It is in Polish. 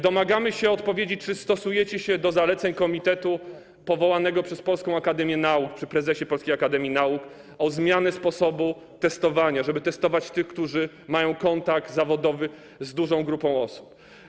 Domagamy się odpowiedzi, czy stosujecie się do zaleceń komitetu powołanego przez Polską Akademię Nauk przy prezesie Polskiej Akademii Nauk dotyczących zmiany sposobu testowania, żeby testować tych, którzy mają kontakt zawodowy z dużą grupą osób.